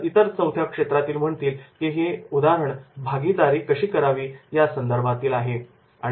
तर इतर चौथ्या क्षेत्रातील म्हणतील की हे भागीदारी कशी करावी यासंदर्भात उदाहरण आहे